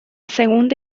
segunda